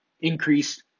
increased